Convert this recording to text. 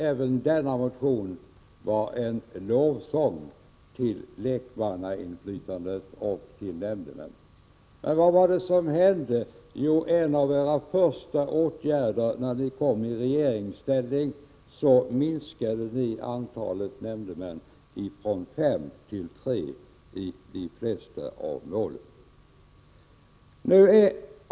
Även den motionen var en lovsång till lekmannainflytandet och till lekmännen. Men vad var det som hände? Jo, en av era första åtgärder i regeringsställning var att i de flesta områden minska antalet nämndemän från fem till tre.